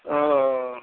ओ